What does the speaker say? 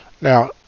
Now